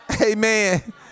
Amen